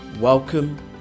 Welcome